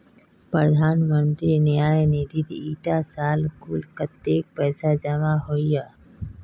प्रधानमंत्री न्यास निधित इटा साल कुल कत्तेक पैसा जमा होइए?